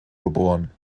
geboren